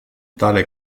tale